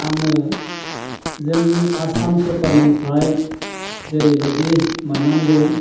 आङो जोंनि आसाम सोरखारनिफ्राय जेरैबायदि मोननांगौ